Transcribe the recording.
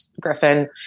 Griffin